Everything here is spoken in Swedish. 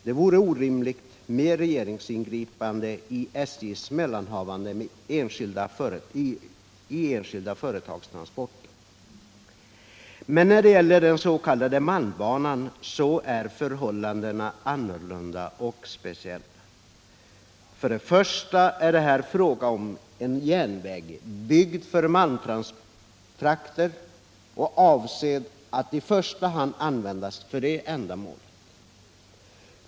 Det vore orimligt med regeringsingripande i SJ:s mellanhavanden med enskilda företags transporter. Men när det gäller den s.k. malmbanan är förhållandena annorlunda och speciella. För det första är det här fråga om en järnväg byggd för malmfrakter och avsedd att i första hand användas för det ändamålet.